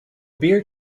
beer